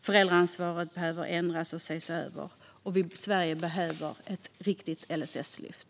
Föräldraansvaret behöver ändras och ses över, och Sverige behöver ett riktigt LSS-lyft.